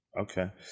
Okay